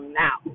now